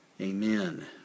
Amen